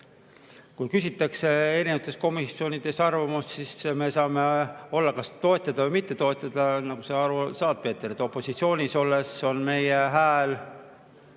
kui küsitakse erinevatest komisjonidest arvamust, siis me saame kas toetada või mitte toetada. Nagu sa aru saad, Peeter, opositsioonis olles on meie hääl